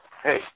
hey